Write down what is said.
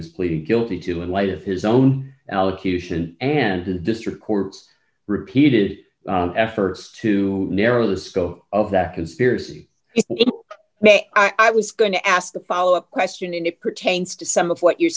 was pleading guilty to in light of his own allocution and to the district courts repeated efforts to narrow the scope of that conspiracy i was going to ask the follow up question and it pertains to some of what you're